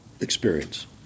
experience